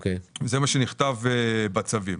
זה מה שנכתב בצווים.